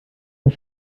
das